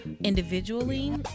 individually